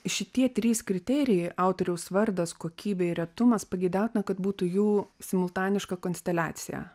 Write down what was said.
šitie trys kriterijai autoriaus vardas kokybėir retumas pageidautina kad būtų jų simultaniška konsteliacija